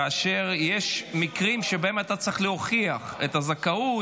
כאשר יש מקרים שבהם אתה צריך להוכיח את הזכאות,